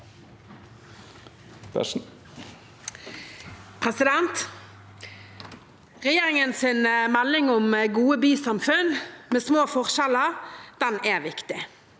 Regjeringens melding om gode bysamfunn med små forskjeller er viktig.